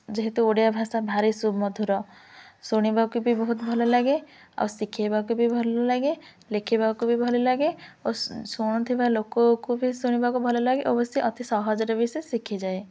ଯେହେତୁ ଓଡ଼ିଆ ଭାଷା ଭାରି ସୁମଧୁର ଶୁଣିବାକୁ ବି ବହୁତ ଭଲ ଲାଗେ ଆଉ ଶିଖାଇବାକୁ ବି ଭଲ ଲାଗେ ଲେଖିବାକୁ ବି ଭଲ ଲାଗେ ଓ ଶୁଣୁଥିବା ଲୋକକୁ ବି ଶୁଣିବାକୁ ଭଲ ଲାଗେ ଓ ବି ସେ ଅତି ସହଜରେ ବି ସେ ଶିଖିଯାଏ